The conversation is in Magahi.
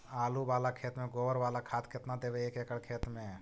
आलु बाला खेत मे गोबर बाला खाद केतना देबै एक एकड़ खेत में?